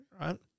right